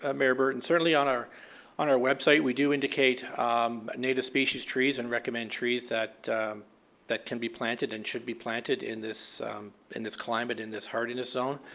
ah mayor burton, certainly on our on our website, we do indicate um native species trees and recommend trees that that can be planted and should be planted in this in this climate, in this hardiness zone.